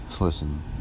listen